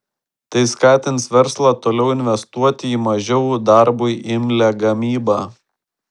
tai skatins verslą toliau investuoti į mažiau darbui imlią gamybą